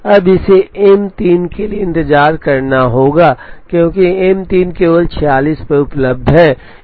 अब इसे एम 3 के लिए इंतजार करना होगा क्योंकि एम 3 केवल 46 पर उपलब्ध है